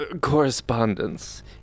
correspondence